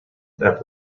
that